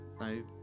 no